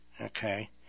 Okay